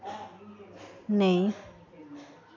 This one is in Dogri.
नेईं